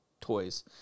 toys